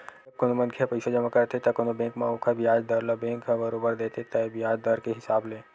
जब कोनो मनखे ह पइसा जमा करथे त कोनो बेंक म ओखर बियाज दर ल बेंक ह बरोबर देथे तय बियाज दर के हिसाब ले